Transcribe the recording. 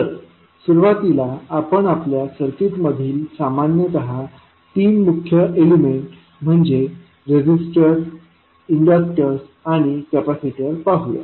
तर सुरुवातीला आपण आपल्या सर्किट मधील सामान्यत तीन मुख्य एलिमेंट म्हणजे रेजिस्टर्स इंडक्टर्स आणि कॅपेसिटर पाहूया